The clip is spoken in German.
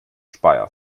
speyer